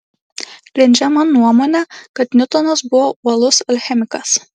grindžiama nuomone kad niutonas buvo uolus alchemikas